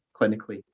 clinically